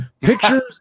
pictures